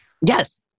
Yes